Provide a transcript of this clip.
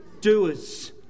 doers